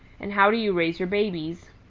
and how do you raise your babies?